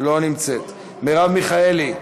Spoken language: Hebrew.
לא נמצאת, מרב מיכאלי?